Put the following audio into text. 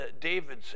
David